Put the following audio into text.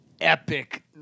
epic